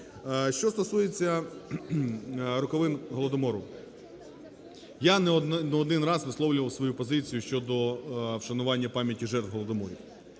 Що стосується роковин Голодомору. Я не один раз висловлював свою позицію щодо вшанування пам'яті жертв голодоморів.